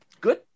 good